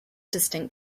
distinct